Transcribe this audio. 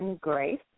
Grace